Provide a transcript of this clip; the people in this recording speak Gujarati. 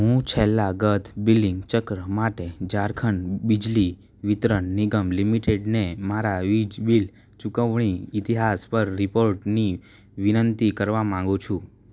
હું છેલ્લાં ગત બિલિંગ ચક્ર માટે ઝારખંડ વિજળી વિતરણ નિગમ લિમિટેડને મારા વીજ બિલ ચુકવણી ઈતિહાસ પર રિપોર્ટ ની વિનંતી કરવા માંગુ છું